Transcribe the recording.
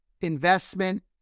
investment